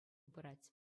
пырать